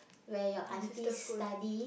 your sister school